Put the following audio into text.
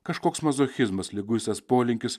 kažkoks mazochizmas liguistas polinkis